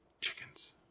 chickens